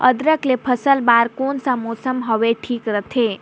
अदरक के फसल बार कोन सा मौसम हवे ठीक रथे?